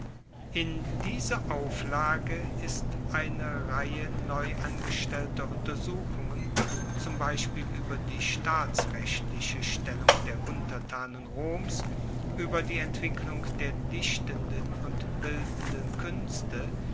in diese auflage ist eine reihe neu angestellter untersuchungen zum beispiel ueber die staatsrechtliche stellung der untertanen roms ueber die entwicklung der dichtenden und bildenden kuenste